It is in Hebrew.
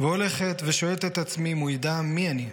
/ והולכת, ושואלת את עצמי אם הוא ידע מי אני.